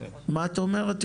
מה את אומרת?